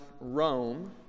Rome